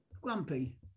Grumpy